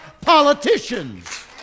politicians